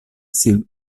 similas